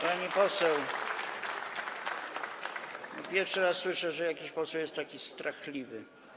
Pani poseł, pierwszy raz słyszę, że jakiś poseł jest taki strachliwy.